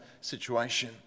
situation